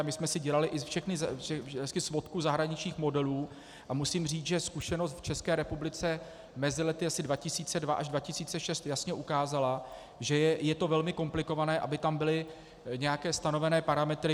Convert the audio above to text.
My jsme si dělali i svodku zahraničních modelů a musím říct, že zkušenost v České republice mezi lety 2002 až 2006 jasně ukázala, že je to velmi komplikované, aby tam byly nějaké stanovené parametry.